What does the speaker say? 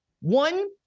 one